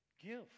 Give